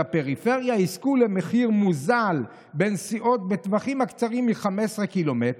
של הפריפריה "יזכו למחיר מוזל בנסיעות בטווחים הקצרים מ-15 ק"מ.